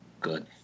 good